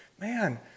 man